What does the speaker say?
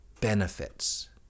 benefits